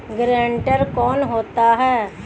Guarantor कौन होता है?